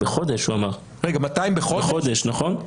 בחודש, נכון?